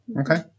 Okay